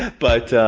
but,